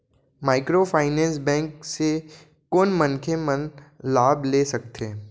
Microfinance bank से कोन मनखे मन लाभ ले सकथे?